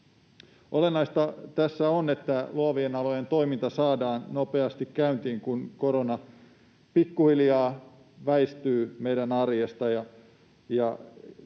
Olennaista tässä on, että luovien alojen toiminta saadaan nopeasti käyntiin, kun korona pikkuhiljaa väistyy meidän arjesta.